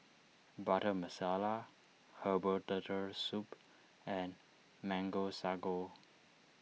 Butter Masala Herbal Turtle Soup and Mango Sago